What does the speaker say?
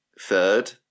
third